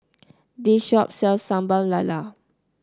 this shop sells Sambal Lala